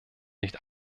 nicht